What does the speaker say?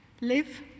live